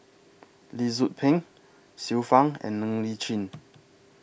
Lee Tzu Pheng Xiu Fang and Ng Li Chin